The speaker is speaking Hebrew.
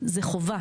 שזו חובה.